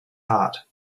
heart